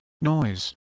noise